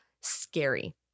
scary